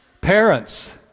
Parents